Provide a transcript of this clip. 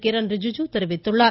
கிரண் ரிஜாஜா தெரிவித்துள்ளார்